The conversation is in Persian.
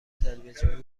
تلویزیون